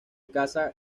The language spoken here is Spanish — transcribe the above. casa